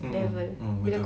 mm mm